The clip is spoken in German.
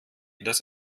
das